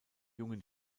jungen